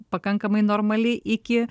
pakankamai normali iki